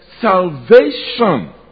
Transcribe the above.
salvation